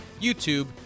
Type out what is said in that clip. YouTube